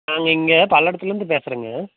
நாங்கள் இங்கே பல்லடத்துலேருந்து பேசுகிறேங்க